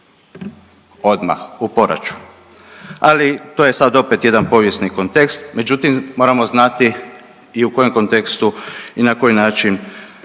odmah u poraću. Ali to je sad opet jedan povijesni kontekst, međutim moramo znati i u kojem kontekstu i na koji način